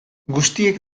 guztiek